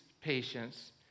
patience